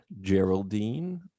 Geraldine